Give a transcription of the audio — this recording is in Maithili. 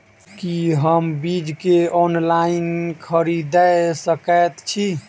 की हम बीज केँ ऑनलाइन खरीदै सकैत छी?